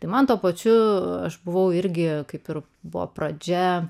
tai man tuo pačiu aš buvau irgi kaip ir buvo pradžia